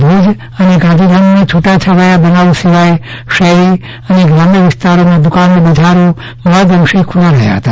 ભુજ અને ગાંધીધામમાં છૂટાછવાયા બનાવો સિવાય શહેરી અને ગ્રામ્ય વિસ્તારોમાં દુકાનો બજારો મહદઅંશે ખુલ્લા રહ્યા હતા